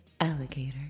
Alligator